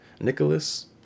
Nicholas